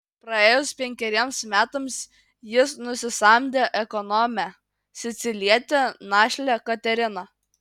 praėjus penkeriems metams jis nusisamdė ekonomę sicilietę našlę kateriną